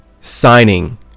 signing